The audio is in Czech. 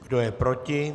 Kdo je proti?